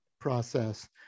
process